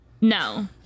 No